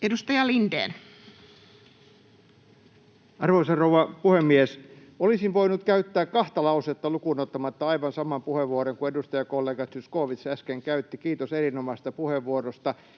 Edustaja Lindén. Arvoisa rouva puhemies! Olisin voinut käyttää kahta lausetta lukuun ottamatta aivan saman puheenvuoron kuin edustajakollega Zyskowicz äsken käytti — kiitos erinomaisesta puheenvuorosta.